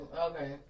okay